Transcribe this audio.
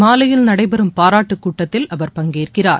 மாலையில் நடைபெறும் பாராட்டு கூட்டத்தில் அவர் பங்கேற்கிறார்